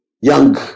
young